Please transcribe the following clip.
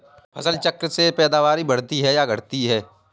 फसल चक्र से पैदावारी बढ़ती है या घटती है?